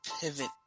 pivot